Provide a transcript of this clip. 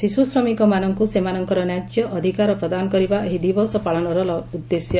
ଶିଶୁ ଶ୍ରମିକମାନଙ୍ଙୁ ସେମାନଙ୍କର ନ୍ୟାଯ୍ୟ ଅଧିକାର ପ୍ରଦାନ କରିବା ଏହି ଦିବସ ପାଳନର ଉଦ୍ଦେଶ୍ୟ